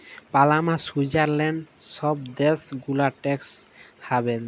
Panama, Switzerland ছব দ্যাশ গুলা ট্যাক্স হ্যাভেল